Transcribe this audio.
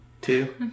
Two